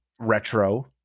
retro